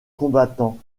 combattants